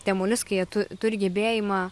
tie moliuskai jie tu turi gebėjimą